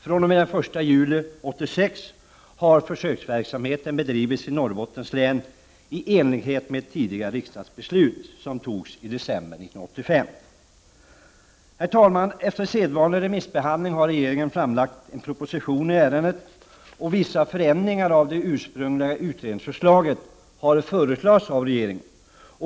fr.o.m. den 1 juli 1986 har försöksverksamheten bedrivits i Norrbottens län i enlighet med ett riksdagsbeslut som fattades i december 1985. Efter sedvanlig remissbehandling har regeringen nu framlagt en proposition i ärendet. Vissa förändringar av det ursprungliga utredningsförslaget har förespråkats av regeringen.